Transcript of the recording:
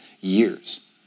years